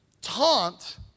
taunt